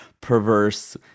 perverse